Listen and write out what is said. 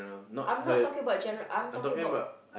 I'm not talking about general I am talking about